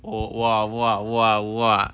oh !wah! !wah! !wah! !wah!